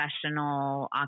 professional